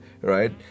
right